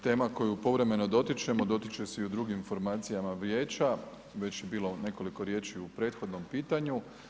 To je tema koju povremeno dotičemo, dotiče se i u drugim formacijama vijeća, već je bilo nekoliko riječi u prethodnom pitanju.